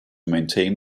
maintain